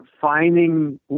finding